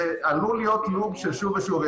זה עלול להיות לופ של שוב ושוב.